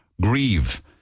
grieve